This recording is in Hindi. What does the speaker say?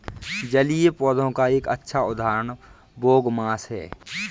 जलीय पौधों का एक अच्छा उदाहरण बोगमास है